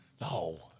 No